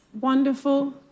Wonderful